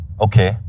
Okay